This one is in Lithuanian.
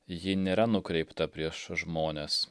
ji nėra nukreipta prieš žmones